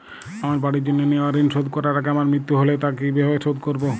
আমার বাড়ির জন্য নেওয়া ঋণ শোধ করার আগে আমার মৃত্যু হলে তা কে কিভাবে শোধ করবে?